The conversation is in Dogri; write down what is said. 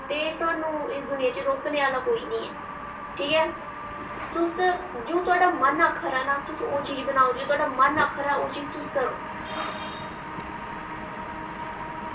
ते थाह्नूं इस दूनिया च कोई रोकने आह्ला निं ऐ ठीक ऐ तुस जो थुआढ़ा मन आक्खा दा ना ओह् चीज़ बनाओ जे थुआढ़ा मन आक्खा दा नां ओह् चीज तुस करो